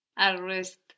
Arrest